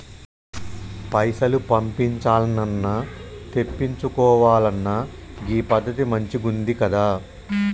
పైసలు పంపించాల్నన్నా, తెప్పిచ్చుకోవాలన్నా గీ పద్దతి మంచిగుందికదా